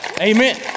Amen